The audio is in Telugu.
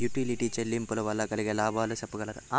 యుటిలిటీ చెల్లింపులు వల్ల కలిగే లాభాలు సెప్పగలరా?